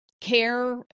care